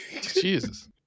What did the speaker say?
Jesus